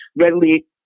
readily